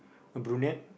a brunet